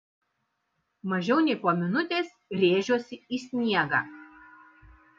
mažiau nei po minutės rėžiuosi į sniegą